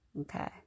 Okay